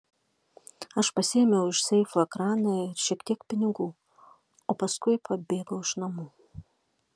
aš pasiėmiau iš seifo ekraną ir šiek tiek pinigų o paskui pabėgau iš namų